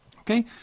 Okay